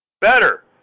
better